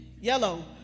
yellow